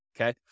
okay